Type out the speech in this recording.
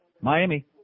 Miami